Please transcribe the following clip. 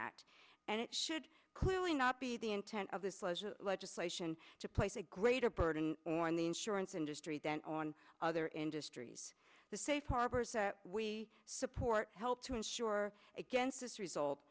act and it should clearly not be the intent of this pleasure legislation to place a greater burden on the insurance industry then on other industries the safe harbors we support helped to insure against this result